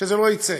שזה לא יצא.